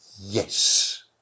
yes